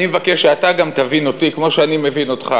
אני מבקש שגם אתה תבין אותי כמו שאני מבין אותך,